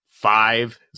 Five